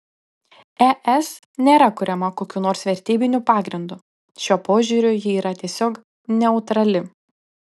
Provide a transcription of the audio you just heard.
es nėra kuriama kokiu nors vertybiniu pagrindu šiuo požiūriu ji yra tiesiog neutrali